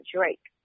Drake